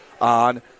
on